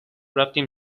رفتیم